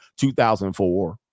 2004